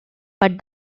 but